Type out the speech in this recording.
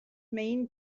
main